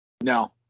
No